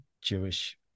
Jewish